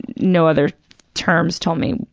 no other terms, told me,